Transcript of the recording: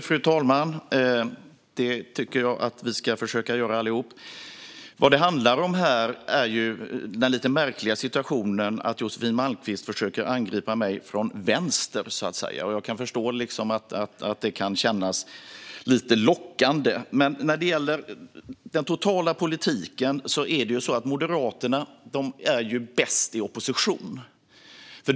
Fru talman! Det tycker jag att vi ska försöka göra allihop. Vad det handlar om här är den lite märkliga situationen att Josefin Malmqvist försöker angripa mig från vänster, så att säga. Jag kan förstå att det kan kännas lite lockande. När det gäller den totala politiken är Moderaterna bäst i opposition.